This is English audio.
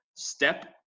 step